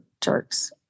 jerks